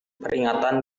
peringatan